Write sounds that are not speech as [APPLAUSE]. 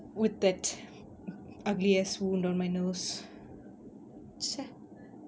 would that ugly ass wound on my nose [NOISE]